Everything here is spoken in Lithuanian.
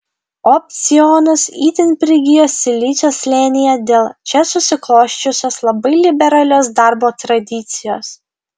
opcionas itin prigijo silicio slėnyje dėl čia susiklosčiusios labai liberalios darbo tradicijos